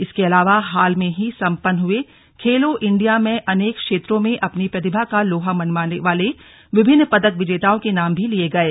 इसके अलावा हाल में ही सम्पन्न हए खेलो इण्डिया में अनेक क्षेत्रों में अपनी प्रतिभा का लोहा मनवाने वाले विभिन्न पदक विजेताओं के नाम भी लिए गये